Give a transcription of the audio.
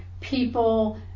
people